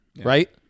right